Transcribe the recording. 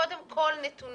קודם כל נתונים.